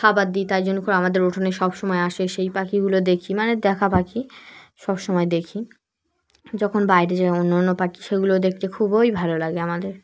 খাবার দিই তাই জন্য করে আমাদের উঠোনে সব সময় আসে সেই পাখিগুলো দেখি মানে দেখা পাখি সব সময় দেখি যখন বাইরে যায় অন্য অন্য পাখি সেগুলো দেখতে খুবই ভালো লাগে আমাদের